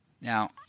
Now